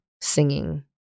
singing